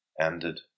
ended